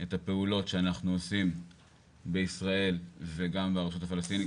את הפעולות שאנחנו עושים בישראל וגם ברשות הפלסטינית,